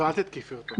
אל תתקפי אותו.